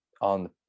on